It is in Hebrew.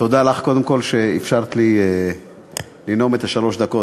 תודה לך קודם כול שאפשרת לי לנאום את שלוש הדקות.